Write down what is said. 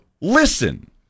listen